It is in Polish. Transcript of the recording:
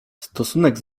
stosunek